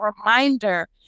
reminder